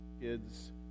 kids